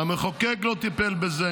המחוקק לא טיפל בזה,